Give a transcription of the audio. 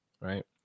Right